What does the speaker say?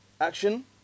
action